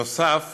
נוסף